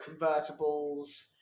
convertibles